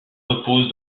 repose